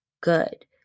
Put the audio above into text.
good